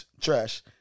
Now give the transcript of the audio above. Trash